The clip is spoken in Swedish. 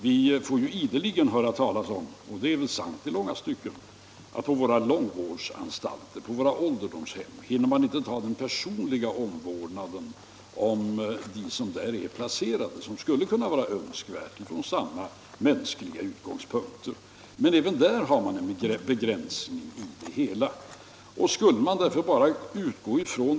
Vi får ideligen höra talas om — och det är väl I sant i långa stycken — att man på våra långvårdsanstalter och ålderdomshem inte hinner med den personliga omvårdnad om dem som är placerade där som skulle vara önskvärd från samma mänskliga utgångspunkter. Men även i det sammanhanget gäller begränsningar.